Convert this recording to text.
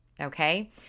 okay